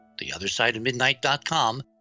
theothersideofmidnight.com